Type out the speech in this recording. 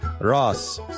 Ross